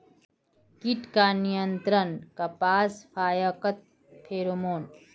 कीट का नियंत्रण कपास पयाकत फेरोमोन?